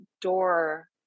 door